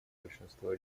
большинства